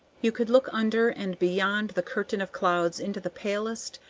you could look under and beyond the curtain of clouds into the palest,